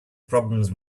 problems